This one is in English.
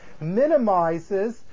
minimizes